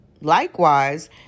Likewise